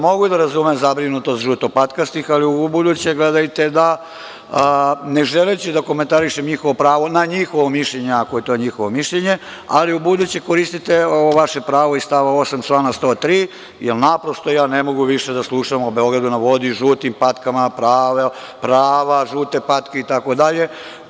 Mogu da razumem zabrinutost žutopatkastih ali ubuduće gledajte da, a ne želeći da komentarišem njihovo pravo na njihovo mišljenje ako je to njihovo mišljenje, ali ubuduće koristite ovo vaše pravo iz stava 8. člana 103. jer naprosto ja ne mogu više da slušam o Beogradu na vodi, žutim patkama, prava žute patke i tako dalje.